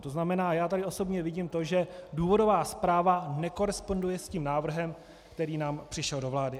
To znamená, já tady osobně vidím to, že důvodová zpráva nekoresponduje s návrhem, který nám přišel do vlády.